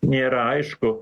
nėra aišku